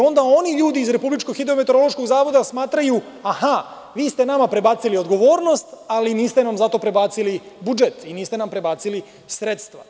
Onda oni ljudi iz Republičkog hidrometeorološkog zavoda smatraju – aha, vi ste nama prebacili odgovornost, ali niste nam zato prebacili budžet i niste nam prebacili sredstva.